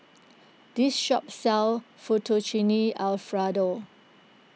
this shop sells Fettuccine Alfredo